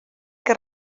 que